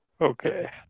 Okay